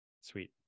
Sweet